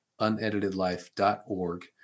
uneditedlife.org